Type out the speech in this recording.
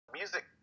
music